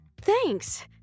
thanks